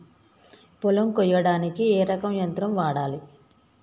పొలం కొయ్యడానికి ఏ రకం యంత్రం వాడాలి?